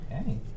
Okay